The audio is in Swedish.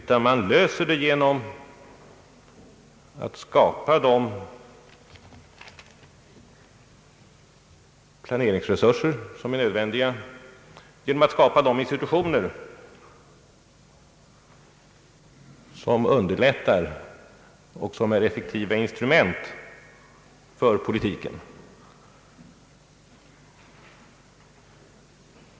Man löser problemet genom att skapa de planeringsresurser som är nödvändiga och genom att skapa de institutioner som underlättar och är effektiva instrument för politiken.